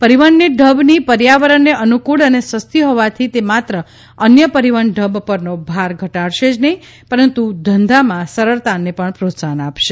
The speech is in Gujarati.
પરિવહનની ઢબ પર્યાવરણને અનુકુળ અને સસ્તી હોવાથી તે માત્ર અન્ય પરિવહનની ઢબ પરનો ભાર ઘટાડશે જ નહીં પરંતુ ધંધામાં સરળતાને પણ પ્રોત્સાહન આપશે